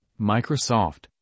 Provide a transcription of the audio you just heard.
Microsoft